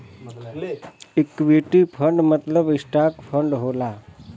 equity fund मतलब stock fund होला